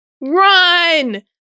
run